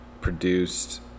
produced